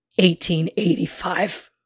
1885